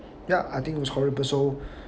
ya I think it was horrible so